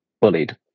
bullied